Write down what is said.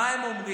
מה הם אומרים.